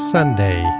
Sunday